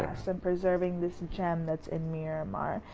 and preserving this gem that's in miramar.